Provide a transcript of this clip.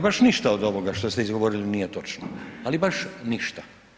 Ali baš ništa od ovoga što ste izgovorili nije točno, ali baš ništa.